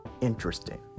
interesting